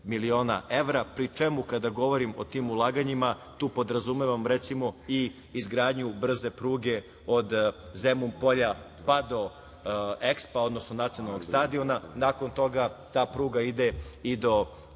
miliona evra, pri čemu kada govorim o tim ulaganjima tu podrazumevam recimo i izgradnju brze pruge od Zemun polja do EKSPA, odnosno nacionalnog stadiona. Nakon toga ta pruga ide i do